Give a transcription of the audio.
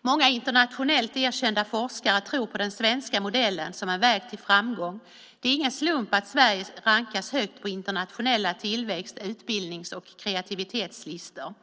Många internationellt erkända forskare tror på den svenska modellen som en väg till framgång. Det är ingen slump att Sverige rankas högt på internationella tillväxt-, utbildnings och kreativitetslistor.